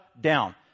down